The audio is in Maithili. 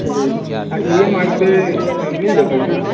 जी आ इ एम आइ पे मिल जतै ने